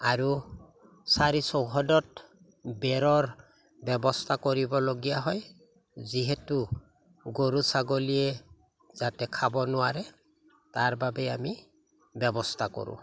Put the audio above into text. আৰু চাৰি চৌহদত বেৰৰ ব্যৱস্থা কৰিবলগীয়া হয় যিহেতু গৰু ছাগলীয়ে যাতে খাব নোৱাৰে তাৰ বাবে আমি ব্যৱস্থা কৰোঁ